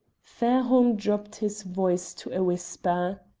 fairholme dropped his voice to a whisper.